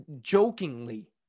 jokingly